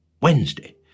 Wednesday